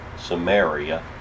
Samaria